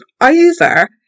over